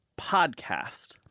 podcast